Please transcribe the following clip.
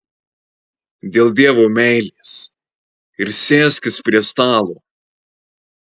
dėl dievo meilės ir sėskis prie stalo